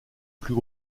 plus